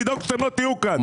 לדאוג שלא תהיו כאן,